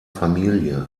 familie